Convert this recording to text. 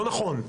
לא נכון.